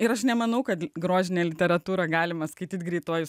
ir aš nemanau kad grožinę literatūrą galima skaityti greituoju